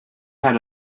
had